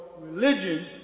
religion